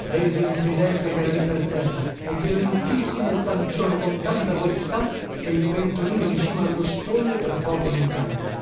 presi un tridente chera lì per terra e glielo infissi nel pancione con tanta voluttà che il pentolino in cima allo stollo per poco non cadde